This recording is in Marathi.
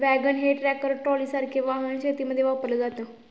वॅगन हे ट्रॅक्टर ट्रॉलीसारखे वाहन शेतीमध्ये वापरले जाते